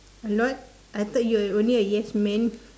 a lot I thought you are only a yes man